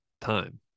time